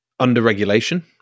underregulation